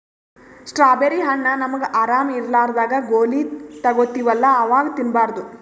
strawberry ಹಣ್ಣ್ ನಮ್ಗ್ ಆರಾಮ್ ಇರ್ಲಾರ್ದಾಗ್ ಗೋಲಿ ತಗೋತಿವಲ್ಲಾ ಅವಾಗ್ ತಿನ್ಬಾರ್ದು